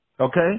Okay